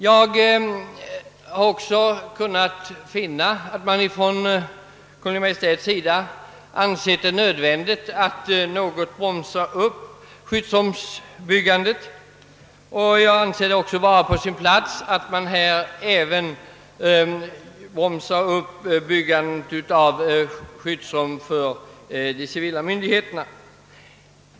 Jag har för min del kunnat konstatera att Kungl. Maj:t ansett det nödvändigt att något bromsa upp skyddsrumsbyggandet, och jag anser det även vara på sin plats att bromsa upp byggandet av skyddsrum för de civila myndigheterna.